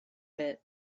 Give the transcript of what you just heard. bit